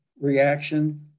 reaction